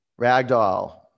ragdoll